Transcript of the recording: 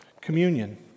communion